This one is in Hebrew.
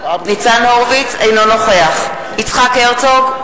אינו נוכח יצחק הרצוג,